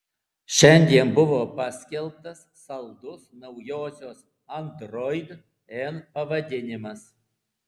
šiandien buvo paskelbtas saldus naujosios android n pavadinimas